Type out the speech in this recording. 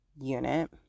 unit